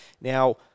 Now